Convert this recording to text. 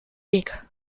weg